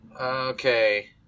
Okay